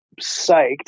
psyched